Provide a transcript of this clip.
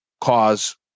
cause